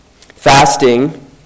fasting